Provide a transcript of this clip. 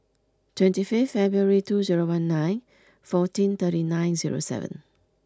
twenty fifth February two zero one nine fourteen thirty nine zero seven